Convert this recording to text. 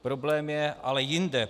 Problém je ale jinde.